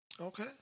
okay